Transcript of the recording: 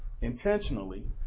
intentionally